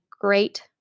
great